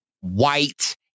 white